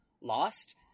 lost